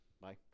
Bye